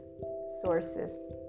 sources